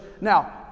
Now